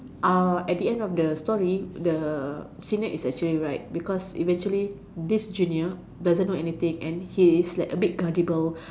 uh at the end of the story the senior is actually right because eventually this junior doesn't know anything and he is like a bit gullible